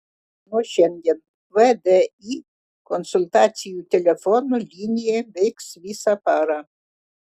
nuo šiandien vdi konsultacijų telefonu linija veiks visą parą